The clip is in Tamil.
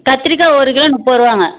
கத்திரிக்காய் ஒரு கிலோ முப்பதுருவாங்க